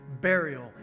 burial